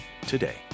today